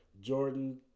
Jordan